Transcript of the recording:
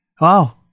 Wow